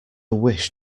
wish